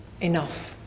enough